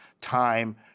time